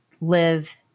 live